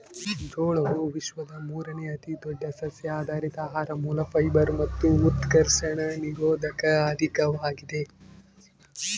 ಜೋಳವು ವಿಶ್ವದ ಮೂರುನೇ ಅತಿದೊಡ್ಡ ಸಸ್ಯಆಧಾರಿತ ಆಹಾರ ಮೂಲ ಫೈಬರ್ ಮತ್ತು ಉತ್ಕರ್ಷಣ ನಿರೋಧಕ ಅಧಿಕವಾಗಿದೆ